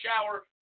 shower